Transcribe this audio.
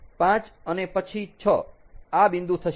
5 અને પછી 6 આ બિંદુ થશે